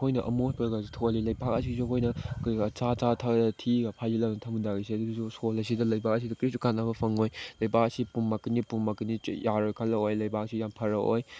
ꯑꯩꯈꯣꯏꯅ ꯑꯃꯣꯠꯄꯒꯁꯦ ꯊꯣꯜꯂꯤ ꯂꯩꯄꯥꯛ ꯑꯁꯤꯁꯨ ꯑꯩꯈꯣꯏꯅ ꯀꯩꯀꯥ ꯑꯆꯥ ꯊꯛꯑ ꯊꯤꯒ ꯐꯥꯏꯖꯤꯜ ꯊꯝꯖꯤꯜꯂꯝꯕꯁꯦ ꯑꯗꯨꯁꯨ ꯁꯣꯏꯜ ꯑꯁꯤꯗ ꯂꯩꯕꯥꯛ ꯑꯁꯤꯗ ꯀꯔꯤꯁꯨ ꯀꯥꯟꯅꯕ ꯐꯪꯉꯣꯏ ꯂꯩꯕꯥꯛ ꯑꯁꯤ ꯄꯨꯝꯃꯛꯀꯄꯤ ꯄꯨꯝꯃꯛꯀꯅꯤ ꯌꯥꯔꯣꯏ ꯀꯜꯂꯛꯑꯣꯏ ꯂꯩꯕꯥꯛ ꯑꯁꯤ ꯌꯥꯝ ꯐꯔꯛꯑꯣꯏ